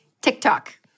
TikTok